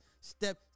step